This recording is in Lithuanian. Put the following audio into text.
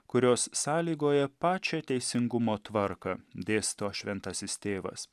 kurios sąlygoja pačią teisingumo tvarką dėsto šventasis tėvas